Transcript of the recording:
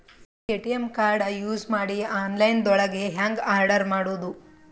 ATM card use ಮಾಡಿ online ದೊಳಗೆ ಹೆಂಗ್ ಆರ್ಡರ್ ಮಾಡುದು?